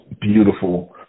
beautiful